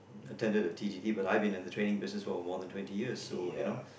attended the T_T_T but I've been in the training business for more than twenty years so you know